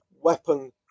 weapon